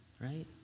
right